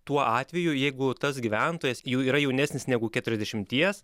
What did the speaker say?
tuo atveju jeigu tas gyventojas jau yra jaunesnis negu keturiasdešimties